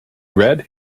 read